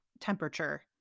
temperature